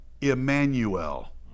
Emmanuel